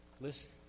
listen